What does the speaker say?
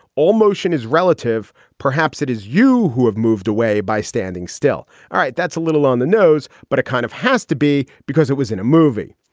all motion is relative. perhaps it is you who have moved away by standing still. all right. that's a little on the nose, but it kind of has to be because it was in a movie.